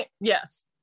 yes